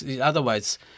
Otherwise